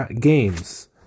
games